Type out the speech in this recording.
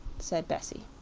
said bessie.